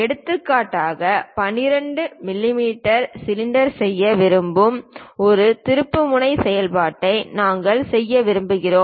எடுத்துக்காட்டாக 20 மிமீ சிலிண்டர் செய்ய விரும்பும் ஒரு திருப்புமுனை செயல்பாட்டை நாங்கள் செய்ய விரும்புகிறோம்